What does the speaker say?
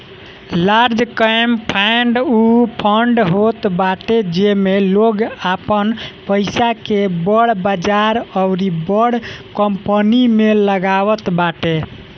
large cap fund उ fund होत बाटे जेमे लोग आपन पईसा के बड़ बजार अउरी बड़ कंपनी में लगावत बाटे